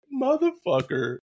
motherfucker